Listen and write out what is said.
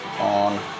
on